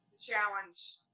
challenge